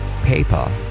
PayPal